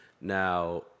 Now